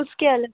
उसके अलग